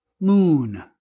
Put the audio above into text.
Moon